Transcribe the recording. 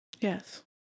Yes